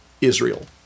Israel